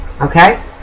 okay